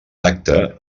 acte